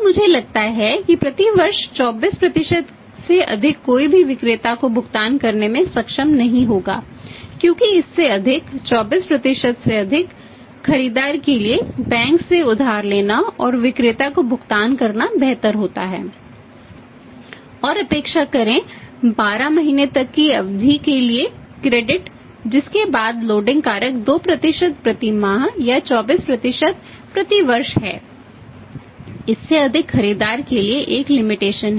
मुझे लगता है कि प्रति वर्ष 24 से अधिक कोई भी विक्रेता को भुगतान करने में सक्षम नहीं होगा क्योंकि इससे अधिक 24 से अधिक खरीदार के लिए बैंक से उधार लेना और विक्रेता को भुगतान करना बेहतर होता है और अपेक्षा करें 12 महीनों तक की अवधि के लिए क्रेडिट